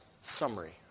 summary